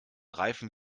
reifen